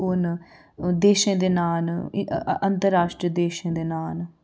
ओह् न देशें दे नांऽ न अंतरराश्ट्री देशें दे नांऽ न